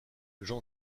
jean